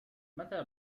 متى